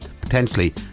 potentially